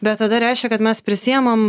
bet tada reiškia kad mes prisiimam